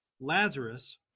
Lazarus